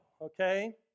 Okay